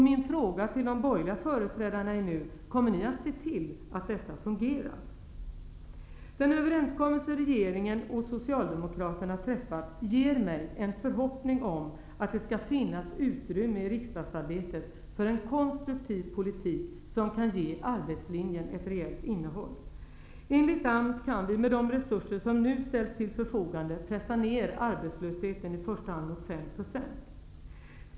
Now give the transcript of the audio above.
Min fråga till de borgerliga företrädarna är: Kommer ni att se till att detta fungerar? Socialdemokraterna har träffat ger mig en förhoppning om att det skall finnas utrymme i riksdagsarbetet för en konstruktiv politik som kan ge arbetslinjen ett reellt innehåll. Enligt AMS kan vi med de resurser som nu ställs till förfogande pressa ned arbetslösheten i första hand mot 5 %.